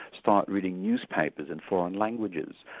start reading newspapers in foreign languages.